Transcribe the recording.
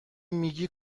میگین